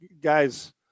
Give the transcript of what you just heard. guys